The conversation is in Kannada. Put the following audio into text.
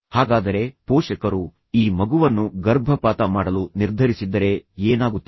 ಹಾಗಾದರೆ ಪೋಷಕರು ಈ ಮಗುವನ್ನು ಗರ್ಭಪಾತ ಮಾಡಲು ನಿರ್ಧರಿಸಿದ್ದರೆ ಏನಾಗುತ್ತಿತ್ತು